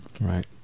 Right